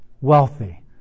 wealthy